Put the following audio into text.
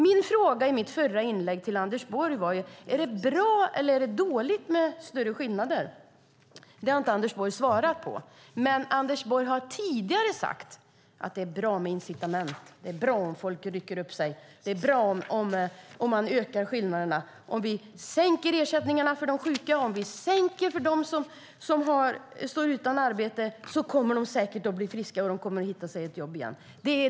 Min fråga till Anders Borg i mitt förra inlägg var: Är det bra eller dåligt med större skillnader? Anders Borg svarade inte på det. Tidigare har han dock sagt att det är bra med incitament. Det är bra om folk rycker upp sig. Det är bra att öka skillnaderna. Sänker vi ersättningarna för de sjuka och dem utan arbete blir de säkert friskare och hittar ett jobb.